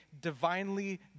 divinely